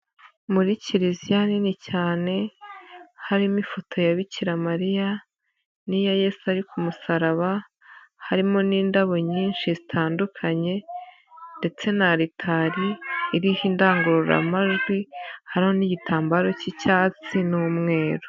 Muri Kiliziya nini cyane harimo ifoto ya Bikiramariya n'iya Yesu ari ku musaraba, harimo n'indabo nyinshi zitandukanye ndetse na Alitari iriho indangururamajwi, hariho n'igitambaro k'icyatsi n'umweru.